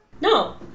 No